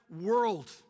World